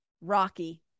Rocky